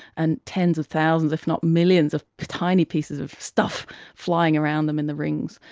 and tens of thousands if not millions of tiny pieces of stuff flying around them in the rings.